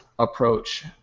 approach